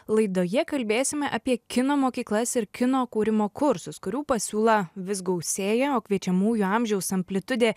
laidoje kalbėsime apie kino mokyklas ir kino kūrimo kursus kurių pasiūla vis gausėja o kviečiamųjų amžiaus amplitudė